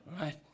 Right